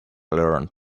learned